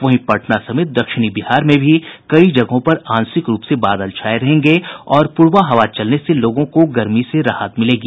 वहीं पटना समेत दक्षिणी बिहार में भी कई जगहों पर आंशिक रूप से बादल छाये रहेंगे और पूरवा हवा चलने से लोगों को गर्मी से राहत मिलेगी